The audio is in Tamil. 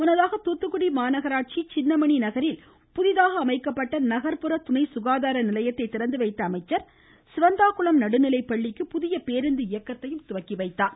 முன்னதாக தூத்துக்குடி மாநகராட்சி சின்னமணி நகரில் புதிதாக அமைக்கப்பட்ட நகர்புற துணை சுகாதார நிலையத்தை திறந்து வைத்த அமைச்சர் சிவந்தாகுளம் நடுநிலைப்பள்ளிக்கு புதிய பேருந்து இயக்கத்தையும் துவக்கி வைத்தார்